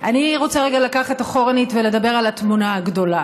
אני רוצה לקחת רגע אחורנית ולדבר על התמונה הגדולה.